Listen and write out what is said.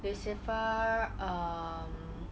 lucifer um